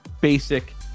basic